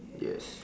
yes